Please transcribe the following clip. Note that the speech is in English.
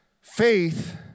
Faith